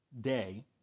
day